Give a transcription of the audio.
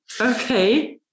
Okay